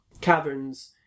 caverns